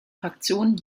fraktion